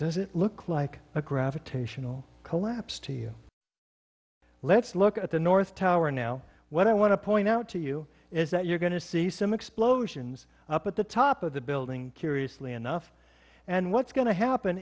does it look like a gravitational collapse to you let's look at the north tower now what i want to point out to you is that you're going to see some explosions up at the top of the building curiously enough and what's going to happen